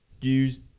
use